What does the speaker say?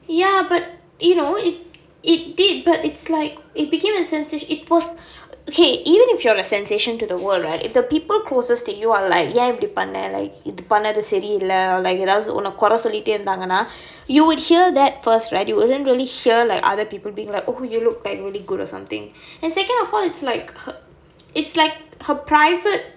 ya but you know it it did but it's like it became a sensa~ it was okay even if you're a sensation to the world right if the people closest to you are like ஏன் இப்படி பண்ண:yaen ippadi panna like இது பண்ணது சரியில்ல:ithu pannathu sariyilla or like ஏதாவது ஒன்ன குறை சொல்லிகிட்டே இருந்தாங்கனா:ethaavathu onna kurai sollikkittae irunthaanganaa you would hear that first right you wouldn't really hear like other people being like oh you look like really good or somrthing and second of all it's like her it's like her private